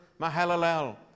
Mahalalel